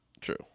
True